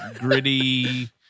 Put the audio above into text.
gritty